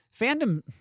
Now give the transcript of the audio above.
fandom